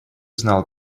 знал